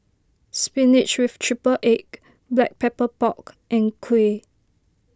Spinach with Triple Egg Black Pepper Pork and Kuih